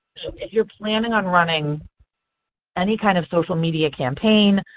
if you are planning on running any kind of social media campaign,